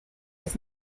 was